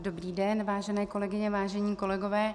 Dobrý den, vážené kolegyně, vážení kolegové.